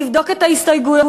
לבדוק את ההסתייגויות,